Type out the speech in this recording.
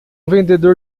vendedor